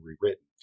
rewritten